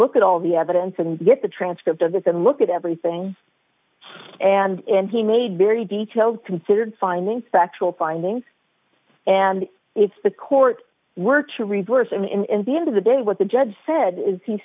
look at all the evidence and get the transcript of it and look at everything and he made very detailed considered findings factual findings and if the court were to reverse him in the end of the day what the judge said is he